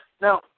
Now